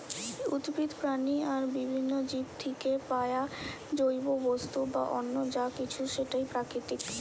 উদ্ভিদ, প্রাণী আর বিভিন্ন জীব থিকে পায়া জৈব বস্তু বা অন্য যা কিছু সেটাই প্রাকৃতিক